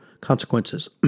consequences